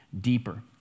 deeper